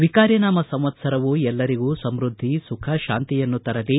ವಿಕಾರಿ ನಾಮ ಸಂವತ್ಸರವು ಎಲ್ಲರಿಗೂ ಸಮೃದ್ಧಿ ಸುಖ ಶಾಂತಿಯನ್ನು ತರಲಿ